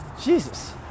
Jesus